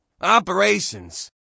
operations